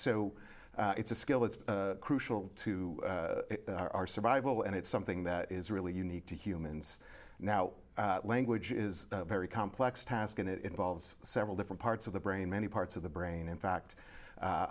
so it's a skill that's crucial to our survival and it's something that is really unique to humans now language is a very complex task and it involves several different parts of the brain many parts of the brain in fact